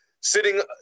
sitting